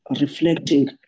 reflecting